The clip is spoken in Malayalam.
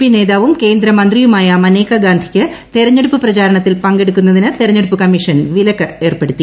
പി നേതാവും കേന്ദ്രമന്ത്രിയുമായ മനേകാ ഗാന്ധിക്ക് തെരഞ്ഞെടുപ്പ് പ്രചാരണത്തിൽ പങ്കെടുക്കുന്നതിന് തെരഞ്ഞെടുപ്പ കമ്മീഷൻ വിലക്ക് ഏർപ്പെടുത്തി